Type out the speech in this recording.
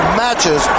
matches